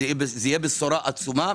זה יהיה בשורה עצומה.